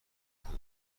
داشته